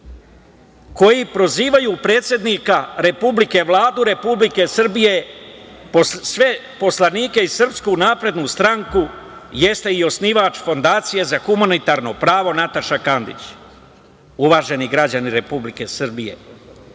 koji prozivaju predsednika Republike, Vladu Republike Srbije, sve poslanike i SNS jeste i osnivač Fondacije za humanitarno pravo Nataša Kandić. Uvaženi građani Republike Srbije,